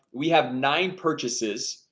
we have nine purchases.